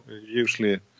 usually